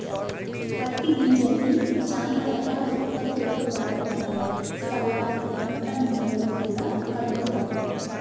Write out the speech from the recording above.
పత్తి గింజల్ని చానా రకాల ఉత్పత్తుల్లో వాడతారు, సలాడ్, వంట నూనెల్లో గూడా కలుపుతారు